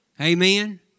Amen